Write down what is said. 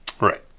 Right